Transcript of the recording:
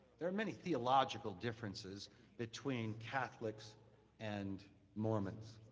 there are many theological differences between catholics and mormons.